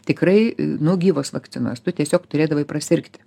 tikrai nu gyvos vakcinos tu tiesiog turėdavai prasirgt